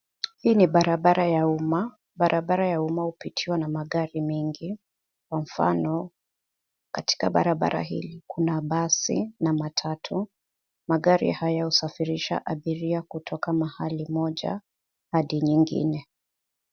Hii ni barabara ya umma. Barabara ya umma hupitiwa na magari mengi. Kwa mfano, katika barabara hili kuna basi na matatu. Magari haya husafirisha abiria kutoka mahali moja hadi nyingine.